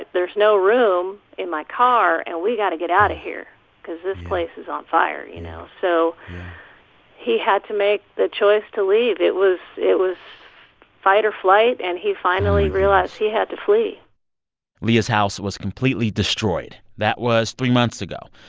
there's no room in my car, and we've got to get out of here because this place. yeah. is on fire, you know? so he had to make the choice to leave. it was it was fight or flight, and he finally realized he had to flee leah's house was completely destroyed. that was three months ago.